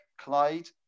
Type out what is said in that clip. Clyde